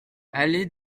allée